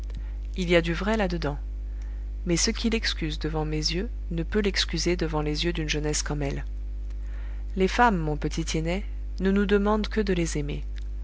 il y a du vrai là dedans mais ce qui l'excuse devant mes yeux ne peut l'excuser devant les yeux d'une jeunesse comme elle les femmes mon petit tiennet ne nous demandent que de les aimer